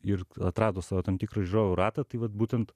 ir atrado savo tam tikrą žiūrovų ratą tai vat būtent